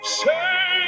say